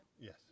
Yes